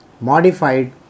modified